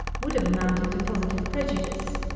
would have amounted to positive prejudice.